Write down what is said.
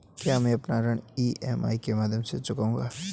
क्या मैं अपना ऋण ई.एम.आई के माध्यम से चुकाऊंगा?